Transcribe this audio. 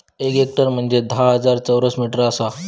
एक हेक्टर म्हंजे धा हजार चौरस मीटर आसा